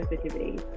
sensitivity